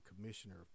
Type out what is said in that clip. commissioner